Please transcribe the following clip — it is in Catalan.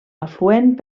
afluent